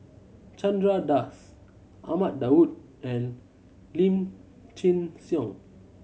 Chandra Das Ahmad Daud and Lim Chin Siong